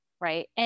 Right